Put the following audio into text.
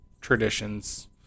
traditions